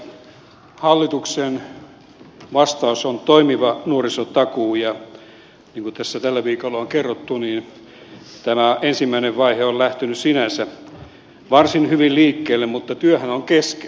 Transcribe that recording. hallituksen vastaus on toimiva nuorisotakuu ja niin kuin tässä tällä viikolla on kerrottu niin tämä ensimmäinen vaihe on lähtenyt sinänsä varsin hyvin liikkeelle mutta työhän on kesken